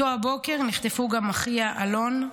באותו הבוקר נחטפו גם אחיה אלון,